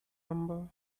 number